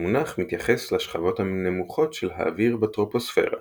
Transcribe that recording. המונח מתייחס לשכבות הנמוכות של האוויר בטרופוספירה.